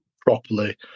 properly